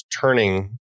turning